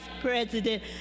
president